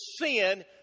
sin